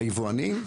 ליבואנים,